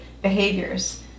behaviors